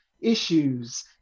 issues